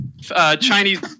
Chinese